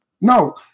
no